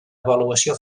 avaluació